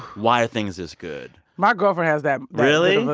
why are things this good? my girlfriend has that really?